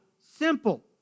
simple